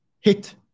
hit